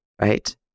right